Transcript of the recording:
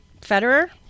Federer